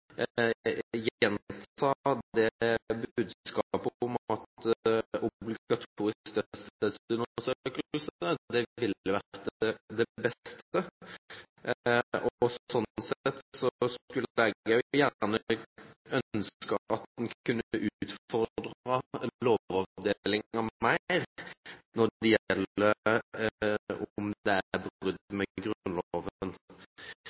budskapet om at obligatorisk dødsstedsundersøkelse ville vært det beste, og sånn sett skulle jeg gjerne ønske at en kunne utfordret Lovavdelingen mer med hensyn til om det er brudd på Grunnloven. Dette er